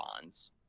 bonds